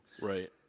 Right